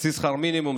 חצי שכר מינימום,